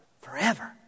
Forever